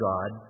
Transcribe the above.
God